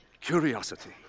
curiosity